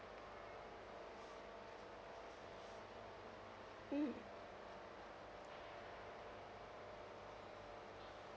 mm